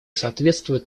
соответствуют